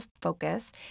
focus